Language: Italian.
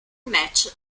match